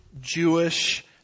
Jewish